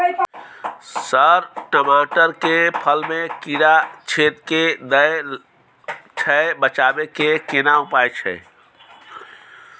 Sir टमाटर के फल में कीरा छेद के दैय छैय बचाबै के केना उपाय छैय?